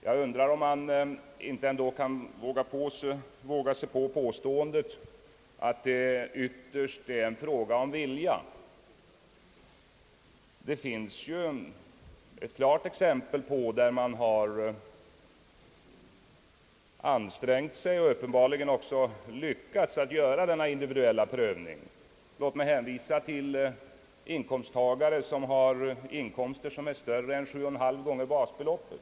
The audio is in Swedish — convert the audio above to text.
Jag undrar om man inte ändå kan våga sig på påståendet, att det ytterst är en fråga om vilja. Det finns ju ett klart exempel, där man har ansträngt sig och uppenbarligen även lyckats göra denna individuella prövning, Låt mig hänvisa till inkomsttagare med inkomster större än 7,5 gånger basbeloppet.